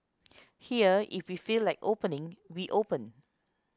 here if we feel like opening we open